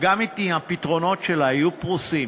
וגם אם הפתרונות שלה יהיו פרוסים